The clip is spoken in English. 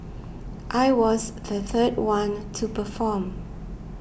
I was the third one to perform